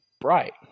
bright